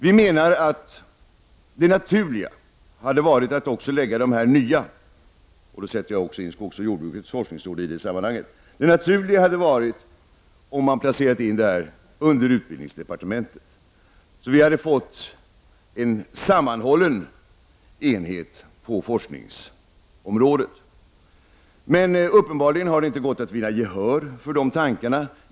Vi menar att det naturliga hade varit att lägga de nya, till vilka jag i detta sammanhang också räknar skogsoch jordbruksforskningsrådet, under utbildningsdepartementet så att vi hade fått en sammanhållen enhet på forskningsområdet. Uppenbarligen har det emellertid inte gått att finna gehör för de tankarna.